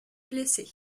blessé